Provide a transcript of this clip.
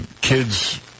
kids